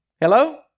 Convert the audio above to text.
Hello